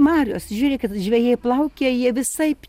marios žiūrėkit žvejai plaukia jie visaip